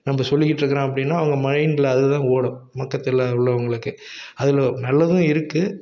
நம்ம சொல்லிக்கிட்டு இருக்கிறோம் அப்படின்னா அவங்க மைண்டில் அது தான் ஓடும் மொத்தத்தில் உள்ளவர்களுக்கு அதில் நல்லதும் இருக்குது